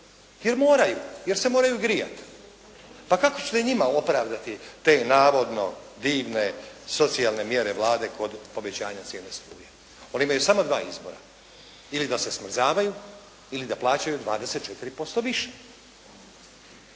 jer moraju, jer se moraju grijati. Pa kako ćete njima opravdati te navodno divne socijalne mjere Vlade kod povećanja cijene struje. Oni imaju samo dva izbora, ili da se smrzavaju ili da plaćaju 24% više.